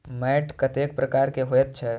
मैंट कतेक प्रकार के होयत छै?